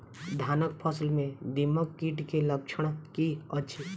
धानक फसल मे दीमक कीट केँ लक्षण की अछि?